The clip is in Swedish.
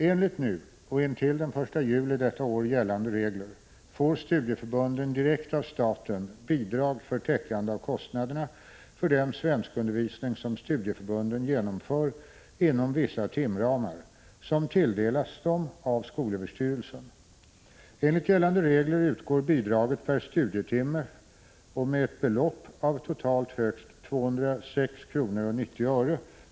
Enligt nu och intill den 1 juli detta år gällande regler får studieförbunden direkt av staten bidrag för täckande av kostnader för den svenskundervisning som studieförbunden genomför inom vissa timramar, som tilldelas dem av skolöverstyrelsen. Enligt gällande regler utgår bidraget per studietimme och med ett belopp av totalt högst 206:90 kr.